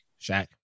Shaq